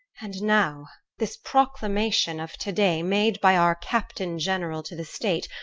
and now this proclamation of today made by our captain-general to the state,